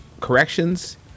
corrections